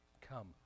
come